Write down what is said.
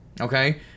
Okay